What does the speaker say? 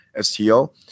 STO